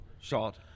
shot